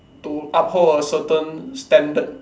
to uphold a certain standard